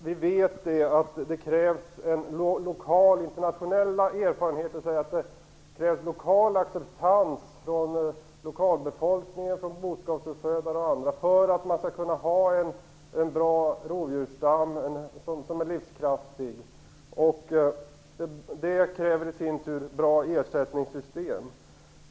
Vi vet utifrån internationella erfarenheter att det krävs lokal acceptans från lokalbefolkning, boskapsuppfödare och andra för att man skall kunna ha en bra och livskraftig rovdjursstam. Detta kräver i sin tur bra ersättningssystem.